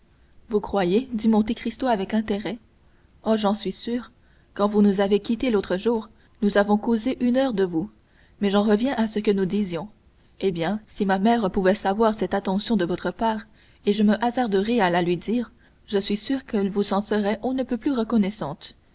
vous croyez fit monte cristo avec intérêt oh j'en suis sûr quand vous nous avez quittés l'autre jour nous avons causé une heure de vous mais j'en reviens à ce que nous disions eh bien si ma mère pouvait savoir cette attention de votre part et je me hasarderai à la lui dire je suis sûr qu'elle vous en serait on ne peut plus reconnaissante